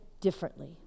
differently